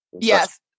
Yes